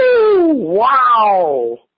Wow